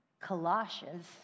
Colossians